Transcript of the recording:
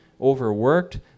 overworked